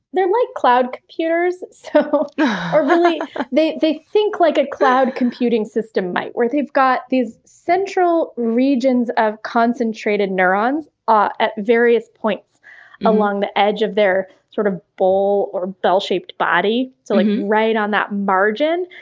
they're like cloud computers. so but like they they think like a cloud computing system might, where they've got these central regions of concentrated neurons ah at various points along the edge of their sort of bowl or bell-shaped body, so like right on that margin.